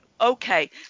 okay